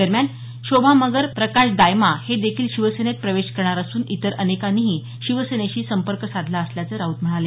दरम्यान शोभा मगर प्रकाश दायमा हे देखील शिवसेनेत प्रवेश करणार असून इतर अनेकांनीही शिवसेनेशी संपर्क साधला असल्याचं राऊत म्हणाले